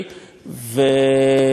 כמובן,